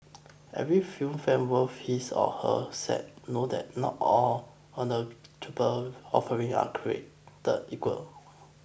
every film fan worth his or her salt know that not all ignoble offering are created equal